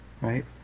right